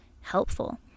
helpful